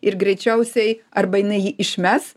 ir greičiausiai arba jinai jį išmes